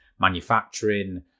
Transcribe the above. manufacturing